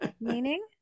meaning